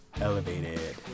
elevated